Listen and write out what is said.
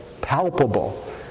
Palpable